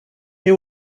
they